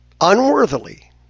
unworthily